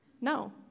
no